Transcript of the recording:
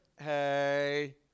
Hey